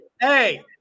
hey